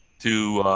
to